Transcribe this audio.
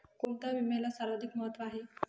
कोणता विम्याला सर्वाधिक महत्व आहे?